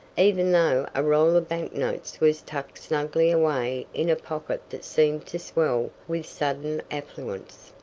even though a roll of banknotes was tucked snugly away in a pocket that seemed to swell with sudden affluence.